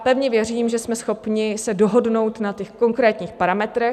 Pevně věřím, že jsme schopni se dohodnout na konkrétních parametrech.